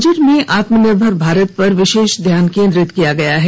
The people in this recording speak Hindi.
बजट में आत्मनिर्भर भारत पर विशेष ध्यान केंद्रित किया गया है